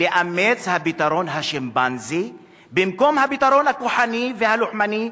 לאמץ את הפתרון השימפנזי במקום הפתרון הכוחני והלוחמני,